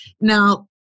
Now